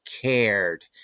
cared